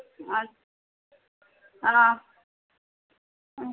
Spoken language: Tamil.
ஆன் ஆனால் ம்